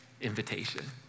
invitation